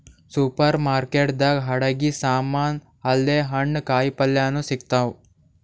super market ದಾಗ್ ಅಡಗಿ ಸಮಾನ್ ಅಲ್ದೆ ಹಣ್ಣ್ ಕಾಯಿಪಲ್ಯನು ಸಿಗ್ತಾವ್